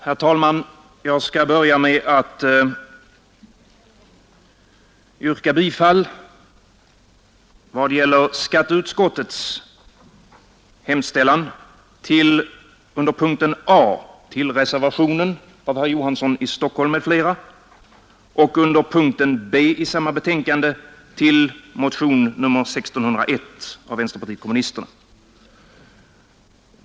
Herr talman! Jag skall börja med att yrka bifall vad gäller skatteutskottets hemställan under punkten A till reservationen av herr Olof Johansson i Stockholm m.fl. och under punkten Bisamma betänkande till motionen 1601 av vänsterpartiet kommunisterna.